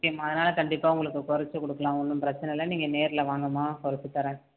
ஓகேமா அதனால் கண்டிப்பாக உங்களுக்கு குறச்சி கொடுக்கலாம் ஒன்றும் பிரச்சனையில்ல நீங்கள் நேரில் வாங்கம்மா குறச்சி தரேன்